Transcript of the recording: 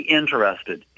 interested